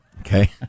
Okay